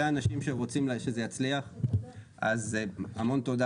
אנשים שרוצים שזה יצליח אז המון תודה.